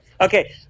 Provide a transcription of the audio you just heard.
Okay